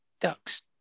ducks